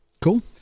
Cool